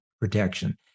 protection